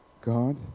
God